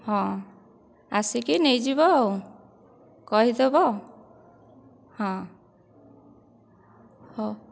ହଁ ଆସିକି ନେଇଯିବ ଆଉ କହିଦେବ ହଁ ହେଉ